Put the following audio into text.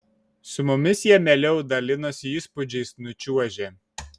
su mumis jie mieliau dalinosi įspūdžiais nučiuožę